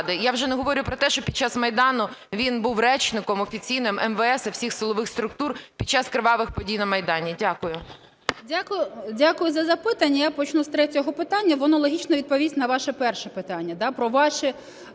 Я вже не говорю про те, що під час Майдану він був речником офіційним МВС і всіх силових структур під час кривавих подій на Майдані. Дякую. 10:35:12 ВЕНЕДІКТОВА І.В. Дякую за запитання. Я почну з третього питання, воно логічно відповість на ваше перше питання – про ваші